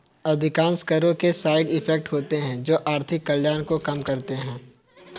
अधिकांश करों के साइड इफेक्ट होते हैं जो आर्थिक कल्याण को कम करते हैं